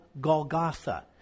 Golgotha